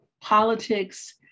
politics